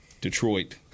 Detroit